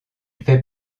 fait